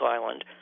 Island